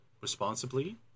responsibly